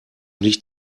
nicht